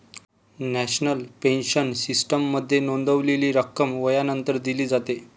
national pension सिस्टीममध्ये नोंदवलेली रक्कम वयानंतर दिली जाते